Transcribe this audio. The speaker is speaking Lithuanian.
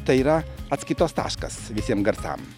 tai yra atskaitos taškas visiem garsam